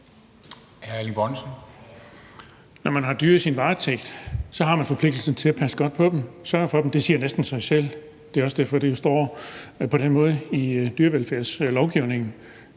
Når man har dyr i sin varetægt, har man forpligtelsen til at passe godt på dem og sørge for dem; det siger næsten sig selv. Det er også derfor, det jo står på den måde i dyrevelfærdslovgivningen.